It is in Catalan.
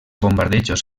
bombardejos